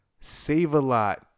Save-A-Lot